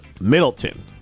Middleton